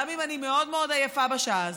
גם אם אני מאוד מאוד עייפה בשעה הזאת.